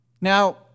Now